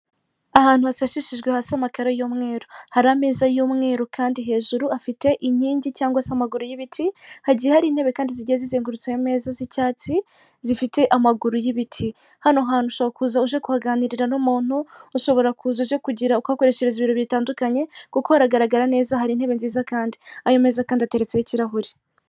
Ahantu hasashishijwe hasi amakaro y'umweru hari ameza y'umweru kandi hejuru afite inkingi cyangwa se amaguru y'ibiti hagiye hari intebe kandi zigiye zizengutsa ayo ameza z'icyatsi zifite amaguru y'ibiti hano hantu ushobora kuza uje kuhaganirira n'umuntu ushobora kuza uje kugira kuhakoreshereza ibirori bitandukanye kuko hagaragara neza hari intebe nziza kandi ayo mezakandi atetseho ikirahure